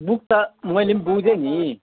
book त मैले पनि बुझेँ नि